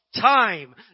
time